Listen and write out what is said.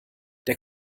der